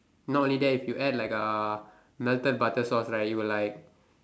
not only that if you add like uh melted butter sauce right it'll like